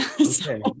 Okay